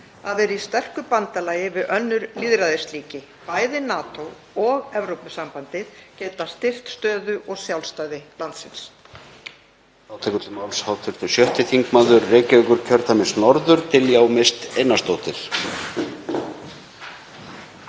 að vera í sterku bandalagi við önnur lýðræðisríki. Bæði NATO og Evrópusambandið geta styrkt stöðu og sjálfstæði landsins.